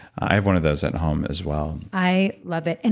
i have one of those at home as well i love it. and